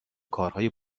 کارهای